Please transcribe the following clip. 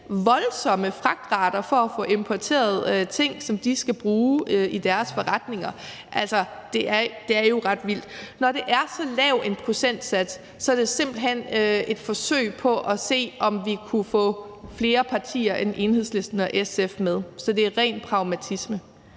voldsomme fragtrater for at få importeret ting, som de skal bruge i deres forretninger. Altså, det er jo ret vildt. Når det er så lav en procentsats, er det simpelt hen et forsøg på at se, om vi kunne få flere partier end Enhedslisten og SF med. Så det er ren pragmatisme.